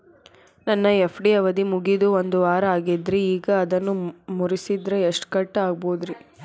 ನನ್ನ ಎಫ್.ಡಿ ಅವಧಿ ಮುಗಿದು ಒಂದವಾರ ಆಗೇದ್ರಿ ಈಗ ಅದನ್ನ ಮುರಿಸಿದ್ರ ಎಷ್ಟ ಕಟ್ ಆಗ್ಬೋದ್ರಿ?